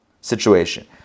situation